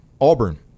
Auburn